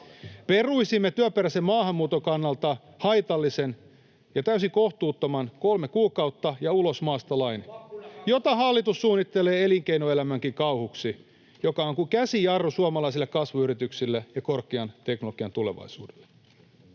Peruisimme työperäisen maahanmuuton kannalta haitallisen ja täysin kohtuuttoman ”kolme kuukautta ja ulos maasta” ‑lain, jota hallitus suunnittelee elinkeinoelämänkin kauhuksi ja joka on kuin käsijarru suomalaisille kasvuyrityksille ja korkean teknologian tulevaisuudelle.